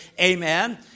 amen